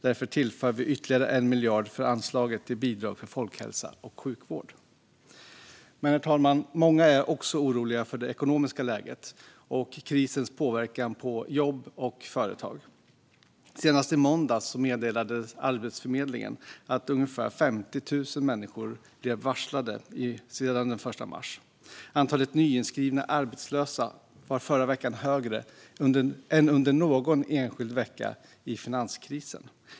Därför tillför vi ytterligare 1 miljard till anslaget till bidrag för folkhälsa och sjukvård. Herr talman! Många är dock oroliga även för det ekonomiska läget och krisens påverkan på jobb och företag. Senast i måndags meddelade Arbetsförmedlingen att ungefär 50 000 människor har blivit varslade sedan den 1 mars. Antalet nyinskrivna arbetslösa var förra veckan högre än under någon enskild vecka under finanskrisen.